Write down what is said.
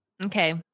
Okay